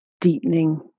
deepening